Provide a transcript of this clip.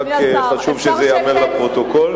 רק חשוב שזה ייאמר לפרוטוקול.